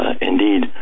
indeed